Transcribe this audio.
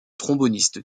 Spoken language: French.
tromboniste